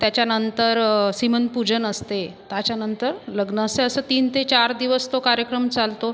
त्याच्यानंतर सीमान्तपूजन असते त्याच्यानंतर लग्न असे असं तीन ते चार दिवस तो कार्यक्रम चालतो